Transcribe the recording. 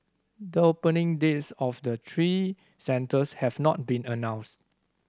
the opening dates of the three centres have not been announced